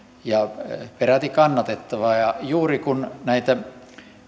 ja peräti kannatettava ja juuri kun näitä